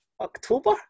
October